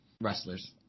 wrestlers